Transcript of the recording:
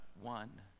one